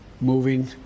moving